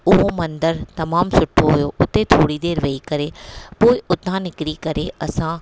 उहो मंदरु तमामु सुठो हुओ उते थोरी देरि वेही करे पोइ हुतां निकिरी करे असां